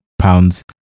Pounds